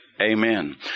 Amen